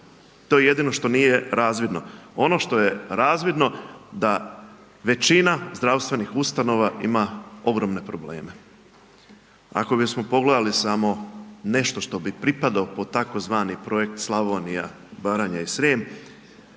to je jedino što nije razvidno, ono što je razvidno da većina zdravstvenih ustanova ima ogromne probleme. Ako bismo pogledali samo nešto što bi pripadao pod tzv. projekt Slavonija, Baranja i Srijem,